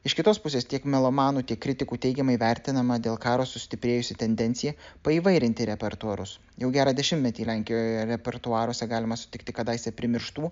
iš kitos pusės tiek melomanų tiek kritikų teigiamai vertinama dėl karo sustiprėjusi tendencija paįvairinti repertuarus jau gerą dešimtmetį lenkijoje repertuaruose galima sutikti kadaise primirštų